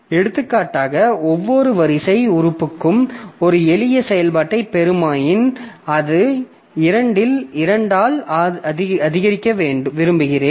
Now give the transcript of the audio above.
எடுத்துக்காட்டாக ஒவ்வொரு வரிசை உறுப்புக்கும் ஒரு எளிய செயல்பாட்டை பெருமாயின் அதை 2 ஆல் அதிகரிக்க விரும்புகிறேன்